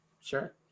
sure